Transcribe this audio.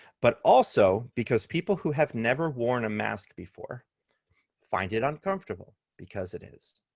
but also because people who have never worn a mask before find it uncomfortable because it is,